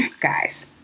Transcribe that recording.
Guys